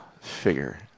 figure